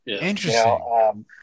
Interesting